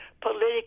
political